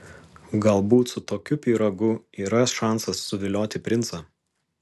galbūt su tokiu pyragu yra šansas suvilioti princą